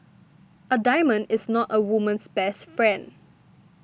a diamond is not a woman's best friend